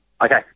Okay